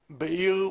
בעיר?